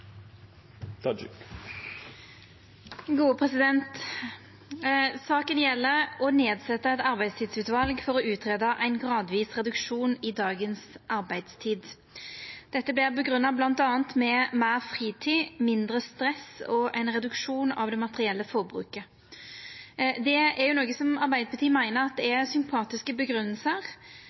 samfunnet trenger. Saka gjeld å setja ned eit arbeidstidsutval for å greia ut ein gradvis reduksjon i dagens arbeidstid. Dette vert bl.a. grunngjeve med meir fritid, mindre stress og ein reduksjon av det materielle forbruket. Det er noko som Arbeidarpartiet meiner er sympatiske